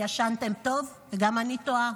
ישנתם טוב?" וגם אני תוהה